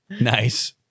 Nice